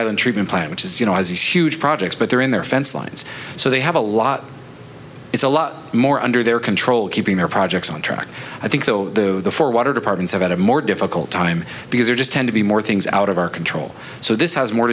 island treatment plant which is you know has huge projects but they're in their fence lines so they have a lot it's a lot more under their control keeping their projects on track i think so the four water departments have had a more difficult time because there just tend to be more things out of our control so this has more